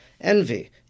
envy